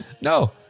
No